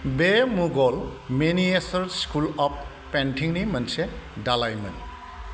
बे Mughal miniature school of पेन्टिंनि मोनसे दालाइमोन